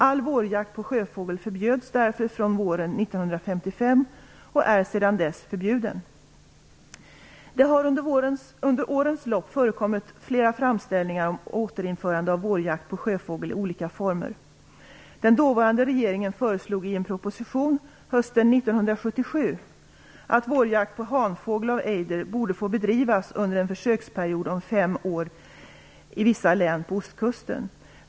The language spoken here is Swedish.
All vårjakt på sjöfågel förbjöds därför från våren 1955 och är sedan dess förbjuden. Det har under årens lopp förekommit flera framställningar om återinförande av vårjakt på sjöfågel i olika former. Den dåvarande regeringen föreslog i en proposition hösten 1977 att vårjakt på hanfågel av ejder borde få bedrivas under en försöksperiod om fem år i vissa län på ostkusten.